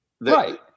Right